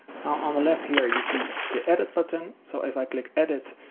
now on the left here, you'll see the edit button. so if i click edit,